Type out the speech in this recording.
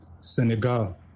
senegal